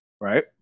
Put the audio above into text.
right